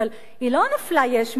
אבל היא לא נפלה יש מאין.